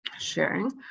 sharing